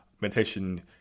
meditation